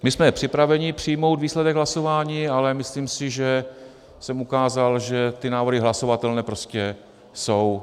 My jsme připraveni přijmout výsledek hlasování, ale myslím si, že jsem ukázal, že ty návrhy hlasovatelné prostě jsou.